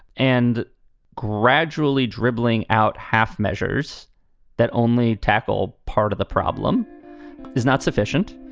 and gradually dribbling out half measures that only tackle part of the problem is not sufficient,